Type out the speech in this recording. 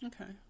Okay